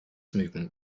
movement